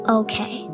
okay